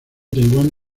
taiwán